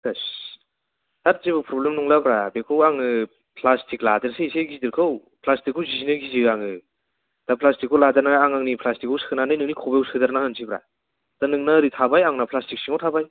S हाट जेबो problem नंलाब्रा बेखौ आङो प्लास्टिक लादेरसै एसे गिदिरखौ प्लास्टिखौ जिनो गियो आङो दा प्लास्टिकखौ लादेरनानै आं आंनि प्लास्टिकखौ सोनानै नोंनि खबाइआव सोदेरना होनोसैब्रा दा नोंना ओरै थाबाय आंना प्लास्टिक सिङाव थाबाय